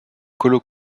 colo